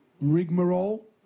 rigmarole